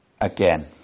again